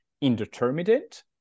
indeterminate